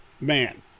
man